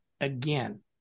again